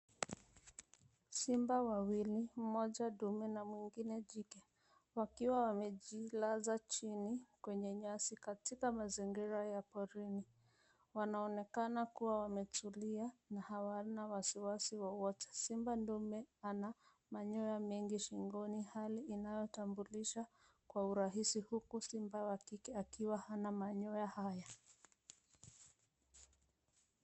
Simba wawili, mmoja dume na mwengine kike wakiwa wamejilaza chini kwenye nyasi katika mazingira ya porini. Wanaonekan kuwa wametulia na hawana wasiwasi wowote. Simba ndume ana manyoya mengi shingoni hali inayotambulisha kwa urahisi huku simba wa kike akiwa haya manyoya haya.